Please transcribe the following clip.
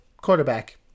quarterback